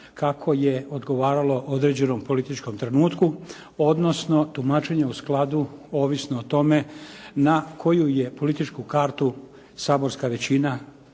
kako je odgovaralo određenom političkom trenutku odnosno tumačenje u skladu ovisno o tome na koju je političku kartu saborska većina